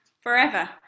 forever